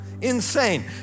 Insane